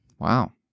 Wow